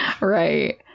Right